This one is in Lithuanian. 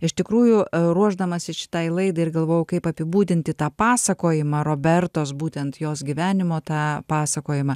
iš tikrųjų ruošdamasi šitai laidai ir galvojau kaip apibūdinti tą pasakojimą robertos būtent jos gyvenimo tą pasakojimą